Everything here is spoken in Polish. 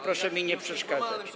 Proszę mi nie przeszkadzać.